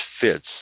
fits